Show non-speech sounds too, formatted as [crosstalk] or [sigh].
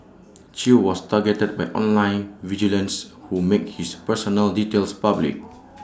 [noise] chew was targeted by online vigilantes who made his personal details public